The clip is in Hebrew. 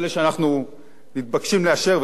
אלה שאנחנו מתבקשים לאשר,